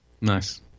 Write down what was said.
Nice